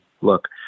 look